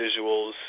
visuals